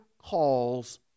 calls